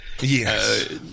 yes